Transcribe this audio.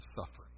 suffering